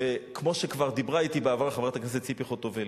וכמו שכבר דיברה אתי בעבר חברת הכנסת ציפי חוטובלי,